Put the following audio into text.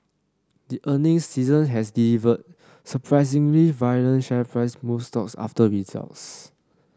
this earnings season has delivered surprisingly violent share price moves stocks after results